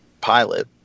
pilot